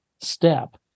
step